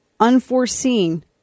unforeseen